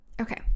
Okay